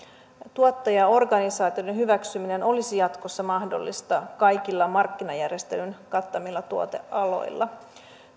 tuottajaorganisaatioiden hyväksyminen olisi jatkossa mahdollista kaikilla markkinajärjestöjen kattamilla tuotealoilla